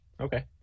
okay